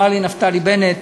ואמר לי נפתלי בנט